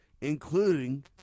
including